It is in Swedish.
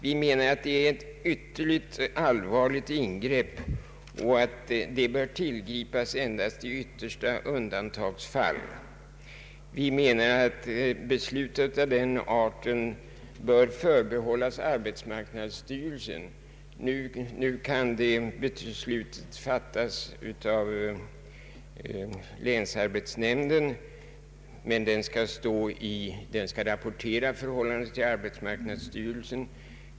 Vi anser det vara ett ytterligt allvarligt ingrepp, som bör tillgripas endast i yttersta undantagsfall. Vi menar att beslut av denna art därför bör förbehållas arbetsmarknadsstyrelsen. Nu kan ett sådant beslut fattas av länsarbetsnämnden, men den skall rapportera förhållandet till arbetsmarknadsstyrelsen.